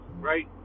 Right